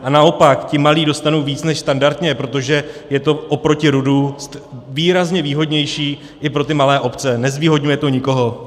A naopak ti malí dostanou víc než standardně, protože je to oproti RUD výrazně výhodnější i pro ty malé obce, nezvýhodňuje to nikoho.